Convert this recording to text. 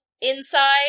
inside